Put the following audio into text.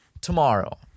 tomorrow